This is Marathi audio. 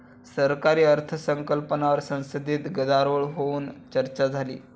सरकारी अर्थसंकल्पावर संसदेत गदारोळ होऊन चर्चा झाली